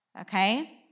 Okay